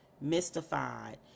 mystified